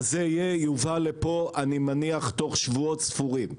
זה יהיה, יובא לפה אי מניח בתוך שבועות ספורים.